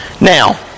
Now